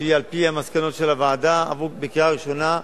שהיא על-פי המסקנות של הוועדה, בקריאה ראשונה.